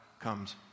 comes